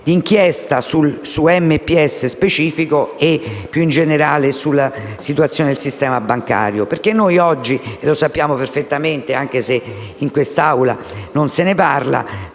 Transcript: d'inchiesta specifica su MPS e, più in generale, sulla situazione del sistema bancario. Oggi infatti sappiamo perfettamente, anche se in quest'Aula non se ne parla,